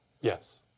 Yes